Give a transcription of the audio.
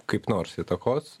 kaip nors įtakos